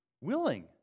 Willing